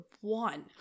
one